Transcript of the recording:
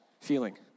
feeling